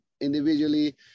individually